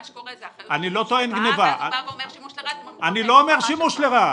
מה שקורה זה אחריות --- שימוש לרעה --- אני לא אומר שימוש לרעה.